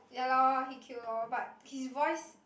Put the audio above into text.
ya lor he cute lor but his voice